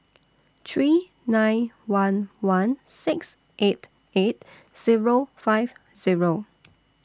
three nine one one six eight eight Zero five Zero